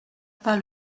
pas